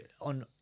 on